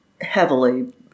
heavily